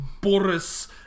Boris